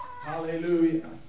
Hallelujah